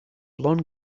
blond